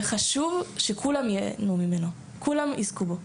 וחשוב שכולם ייהנו ממנו, כולם יזכרו.